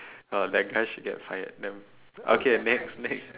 uh that guy should get fired then okay next next